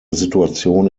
situation